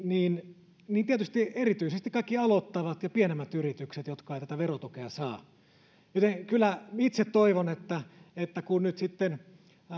niin niin tietysti erityisesti kaikki aloittavat ja pienemmät yritykset jotka eivät tätä verotukea saa joten kyllä itse toivon että että kun nyt sitten